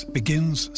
begins